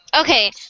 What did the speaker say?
okay